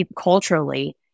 culturally